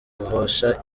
guhosha